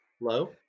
low